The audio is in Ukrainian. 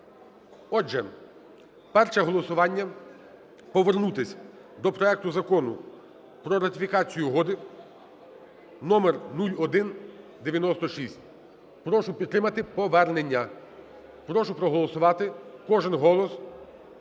Отже, перше голосування: повернутись до проекту Закону про ратифікацію Угоди (№ 0196). Прошу підтримати повернення. Прошу проголосувати. Кожний голос